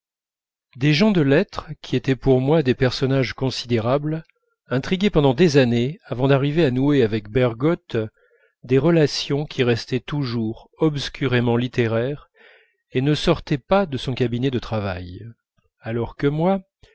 des gens de lettres qui étaient pour moi des personnages considérables intriguaient pendant des années avant d'arriver à nouer avec bergotte des relations qui restaient toujours obscurément littéraires et ne sortaient pas de son cabinet de travail alors que moi